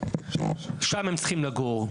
שם הם צריכים לגור,